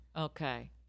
okay